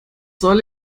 soll